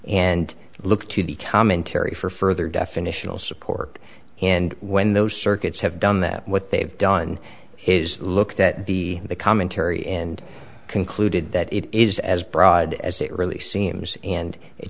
and look to the commentary for further definitional support and when those circuits have done that what they've done is looked at the the commentary and concluded that it is as broad as it really seems and it